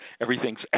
everything's